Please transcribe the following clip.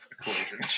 equation